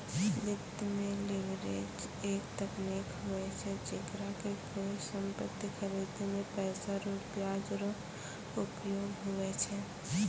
वित्त मे लीवरेज एक तकनीक हुवै छै जेकरा मे कोय सम्पति खरीदे मे पैसा रो ब्याज रो उपयोग हुवै छै